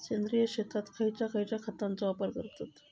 सेंद्रिय शेतात खयच्या खयच्या खतांचो वापर करतत?